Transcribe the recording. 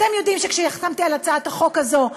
אתם יודעים שכשהחתמתי על הצעת החוק הזו,